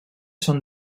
són